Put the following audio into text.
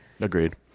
agreed